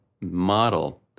model